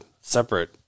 separate